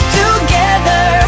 together